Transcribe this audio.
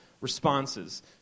responses